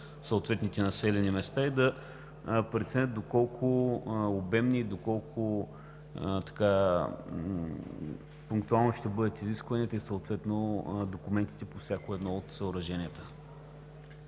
съответните населени места и да преценят доколко обемни, доколко пунктуални ще бъдат изискванията и съответно документите по всяко едно от съоръженията.